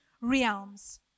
realms